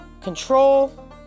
control